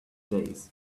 days